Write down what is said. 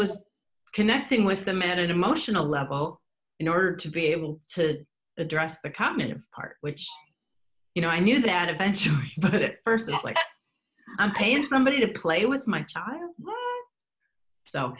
was connecting with the met an emotional level in order to be able to address the common part which you know i knew that eventually but first it's like i'm pain somebody to play with my child so